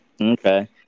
Okay